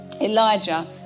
Elijah